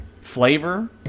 flavor